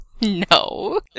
No